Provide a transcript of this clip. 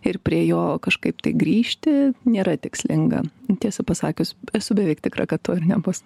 ir prie jo kažkaip grįžti nėra tikslinga tiesą pasakius esu beveik tikra kad to ir nebus